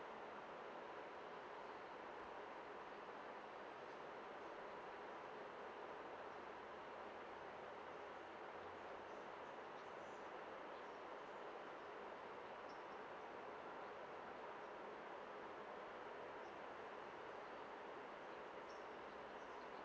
mm oh